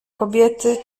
kobiety